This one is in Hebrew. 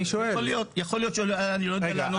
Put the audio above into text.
יכול להיות, אני לא יודע לענות לך.